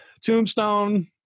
Tombstone